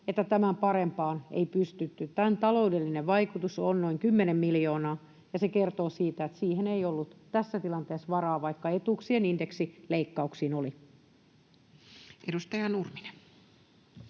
että tämän parempaan ei pystytty. Tämän taloudellinen vaikutus on noin 10 miljoonaa, ja se kertoo siitä, että siihen ei ollut tässä tilanteessa varaa, vaikka etuuksien indeksileikkauksiin oli. [Speech